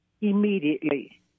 immediately